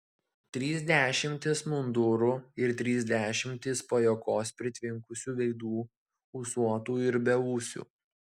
trys dešimtys mundurų ir trys dešimtys pajuokos pritvinkusių veidų ūsuotų ir beūsių